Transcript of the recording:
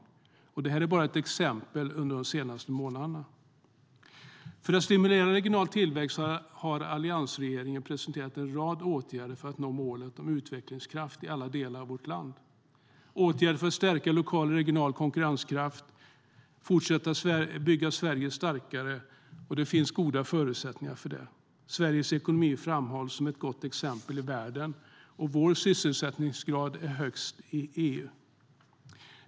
Det här är som sagt bara några exempel från de senaste månaderna. Sveriges ekonomi framhålls som ett gott exempel i världen. Vår sysselsättningsgrad är högst i EU.